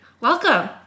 Welcome